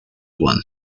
one